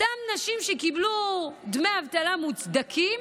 אותן נשים שקיבלו דמי אבטלה מוצדקים